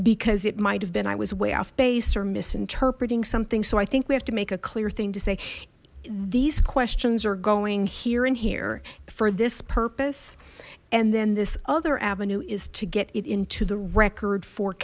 because it might have been i was way off base or misinterpreting something so i think we have to make a clear thing to say these questions are going here and here for this purpose and then this other avenue is to get it into the record for